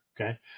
okay